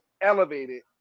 elevated